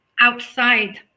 outside